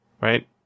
right